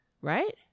Right